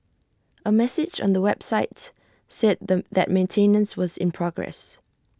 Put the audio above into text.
A message on the websites said then that maintenance was in progress